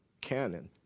canon